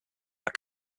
that